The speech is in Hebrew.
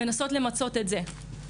ולנסות למצות את זה.